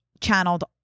channeled